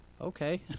okay